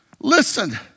listen